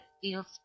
feels